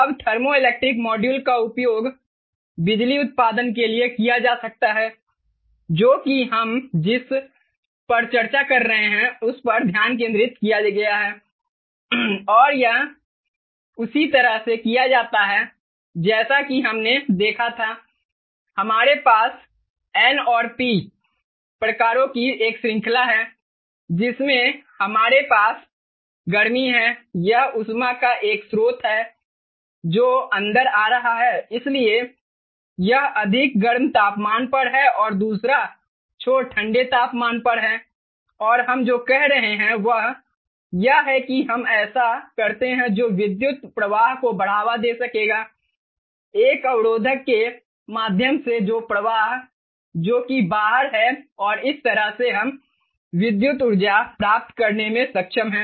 अब thermoelectric module का उपयोग बिजली उत्पादन के लिए किया जा सकता है जो कि हम जिस पर चर्चा कर रहे हैं उस पर ध्यान केंद्रित किया गया है और यह उसी तरह से किया जाता है जैसा कि हमने देखा था कि हमारे पास N और P प्रकारों की एक श्रृंखला है जिसमें हमारे पास गर्मी है यह ऊष्मा का एक स्रोत है जो अंदर आ रहा है इसलिए यह अधिक गर्म तापमान पर है और दूसरा छोर ठंडे तापमान पर है और हम जो कह रहे हैं वह यह है कि हम ऐसा करते हैं जो विद्युत प्रवाह को बढ़ावा दें सकेगा एक अवरोधक के माध्यम से प्रवाह जो कि बाहर है और इस तरह से हम विद्युत ऊर्जा प्राप्त करने में सक्षम हैं